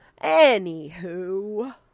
Anywho